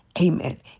Amen